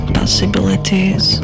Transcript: possibilities